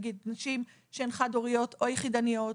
נגיד נשים שהן חד הוריות או יחידניות.